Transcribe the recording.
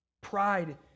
Pride